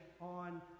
on